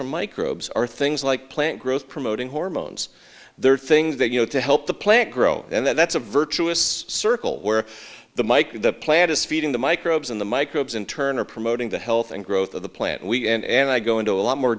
from microbes are things like plant growth promoting hormones there are things that you know to help the plant grow and that's a virtuous circle where the mike the plant is feeding the microbes in the microbes in turn are promoting the health and growth of the plant wheat and i go into a lot more